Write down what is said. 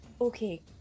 Okay